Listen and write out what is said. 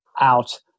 out